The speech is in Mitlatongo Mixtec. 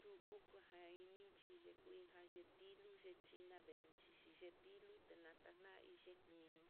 Kuxu janan inichi ye kuii yetil nuchi navenchí, xhiyenetilo tenata nai x i